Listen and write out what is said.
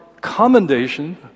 commendation